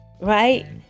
right